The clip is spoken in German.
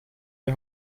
die